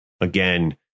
Again